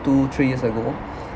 two three years ago